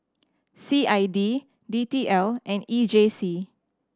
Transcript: C I D D T L and E J C